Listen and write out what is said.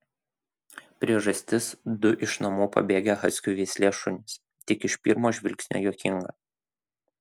priežastis du iš namų pabėgę haskių veislė šunys tik iš pirmo žvilgsnio juokinga